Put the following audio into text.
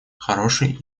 хорошие